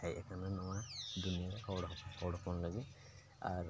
ᱦᱮᱡ ᱟᱠᱟᱱᱟ ᱱᱚᱣᱟ ᱫᱩᱱᱭᱟᱹᱨᱮ ᱦᱚᱲ ᱦᱚᱲ ᱦᱚᱯᱚᱱ ᱞᱟᱹᱜᱤᱫ ᱟᱨ